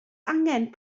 angen